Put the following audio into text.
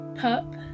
pup